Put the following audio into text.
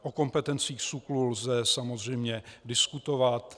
O kompetencích SÚKLu lze samozřejmě diskutovat.